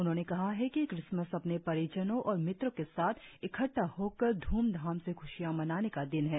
उन्होंने कहा है कि क्रिसमस अपने परिजनों और मित्रों के साथ इकद्वा होकर धूमधाम से ख्शियां मनाने का दिन है